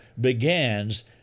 begins